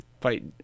fight